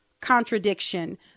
contradiction